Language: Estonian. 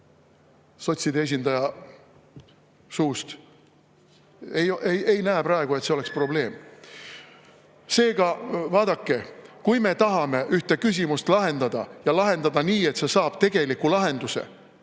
sotside esindaja suust. Ei näe praegu, et see oleks probleem. Seega, vaadake, kui me tahame ühte küsimust lahendada ja lahendada nii, et see saab tegeliku lahenduse,